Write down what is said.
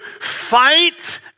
fight